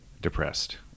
depressed